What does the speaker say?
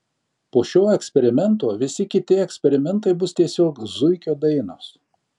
po šio eksperimento visi kiti eksperimentai bus tiesiog zuikio dainos